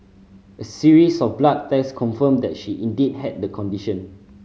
a series of blood tests confirmed that she indeed had the condition